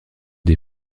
des